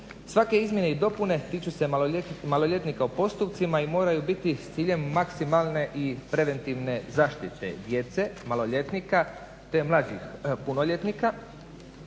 Svake izmjene i dopune tiču se maloljetnika u postupcima i moraju biti s ciljem maksimalne i preventivne zaštite djece, maloljetnika te mlađih punoljetnika.